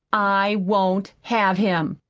i won't have him!